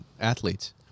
athletes